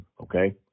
okay